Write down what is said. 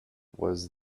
was